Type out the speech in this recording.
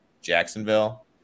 Jacksonville